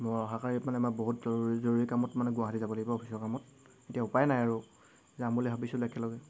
মই অহাকালিত মানে মই বহুত জৰুৰী কামত মানে গুৱাহাটী যাবই লাগিব অফিচৰ কামত এতিয়া উপায় নাই আৰু যাম বুলি ভাবিছিলোঁ একেলগে